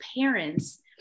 parents